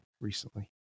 recently